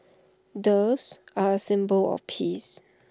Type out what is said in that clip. doves are A symbol of peace